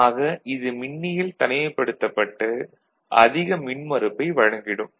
ஆக இது மின்னியல் தனிமைப்படுத்தப்பட்டு அதிக மின்மறுப்பை வழங்கிடும்